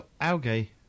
Algae